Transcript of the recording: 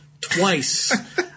twice